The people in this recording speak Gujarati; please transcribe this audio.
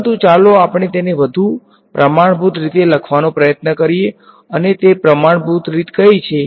પરંતુ ચાલો આપણે તેને વધુ પ્રમાણભૂત રીતે લખવાનો પ્રયત્ન કરીએ અને તે પ્રમાણભૂત રીત કઈ છે